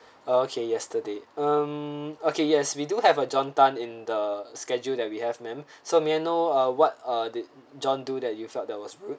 okay yesterday um okay yes we do have a john tan in the schedule that we have ma'am so may I know uh what uh did john do that you felt that was rude